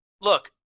look